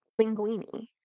Linguini